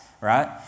right